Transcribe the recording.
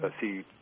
see